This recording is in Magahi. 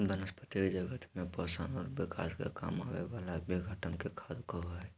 वनस्पती जगत में पोषण और विकास के काम आवे वाला विघटन के खाद कहो हइ